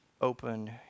open